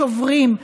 השוברים.